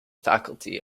faculty